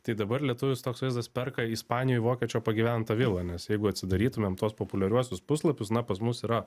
tai dabar lietuvis toks vaizdas perka ispanijoj vokiečio pagyventą vilą nes jeigu atsidarytumėm tuos populiariuosius puslapius na pas mus yra